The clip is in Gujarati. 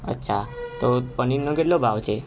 અચ્છા તો પનીરનો કેટલો ભાવ છે